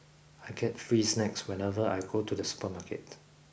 I get free snacks whenever I go to the supermarket